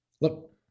look